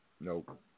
Nope